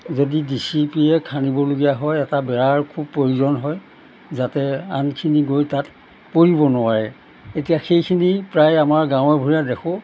যদি ডিচিপিয়ে খান্দিবলগীয়া হয় এটা বেৰাৰ খুব প্ৰয়োজন হয় যাতে আনখিনি গৈ তাত পৰিব নোৱাৰে এতিয়া সেইখিনি প্ৰায় আমাৰ গাঁৱে ভূঞে দেখোঁ